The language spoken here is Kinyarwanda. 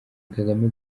kagame